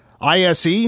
ISE